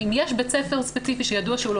אם יש בית ספר ספציפי שידוע שהוא לא